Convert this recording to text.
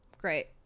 Great